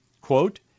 quote